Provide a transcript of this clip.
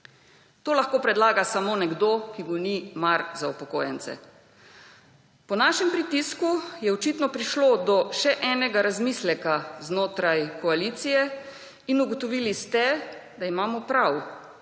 To lahko predlaga samo nekdo, ki mu ni mar za upokojence. Po našem pritisku je očitno prišlo do še enega razmisleka znotraj koalicije in ugotovili ste, da imamo prav